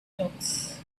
talks